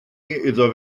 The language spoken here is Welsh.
iddo